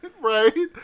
Right